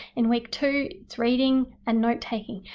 in week two it's reading and note-taking,